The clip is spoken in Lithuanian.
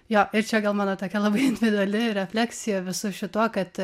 jo ir čia gal mano tokia labai individuali refleksija visu šituo kad